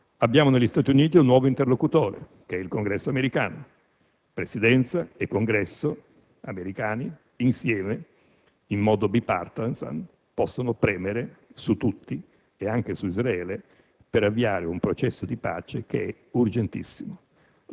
Abbiamo negli Stati Uniti un nuovo interlocutore, che è il Congresso americano. Presidenza e Congresso americani insieme, in modo *bipartisan*, possono premere su tutti, anche su Israele, per avviare un processo di pace che è urgentissimo.